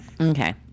Okay